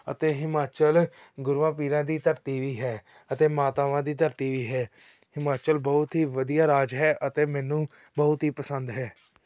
ਅਤੇ ਹਿਮਾਚਲ ਗੁਰੂਆਂ ਪੀਰਾਂ ਦੀ ਧਰਤੀ ਵੀ ਹੈ ਅਤੇ ਮਾਤਾਵਾਂ ਦੀ ਧਰਤੀ ਵੀ ਹੈ ਹਿਮਾਚਲ ਬਹੁਤ ਹੀ ਵਧੀਆ ਰਾਜ ਹੈ ਅਤੇ ਮੈਨੂੰ ਬਹੁਤ ਹੀ ਪਸੰਦ ਹੈ